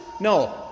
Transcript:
No